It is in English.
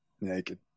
naked